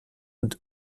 und